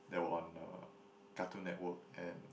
that were on uh Cartoon Network and